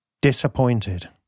disappointed